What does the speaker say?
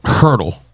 hurdle